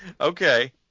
Okay